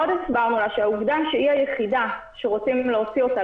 עוד הסברנו לה שהעובדה שהיא היחידה שרוצים להוציא אותה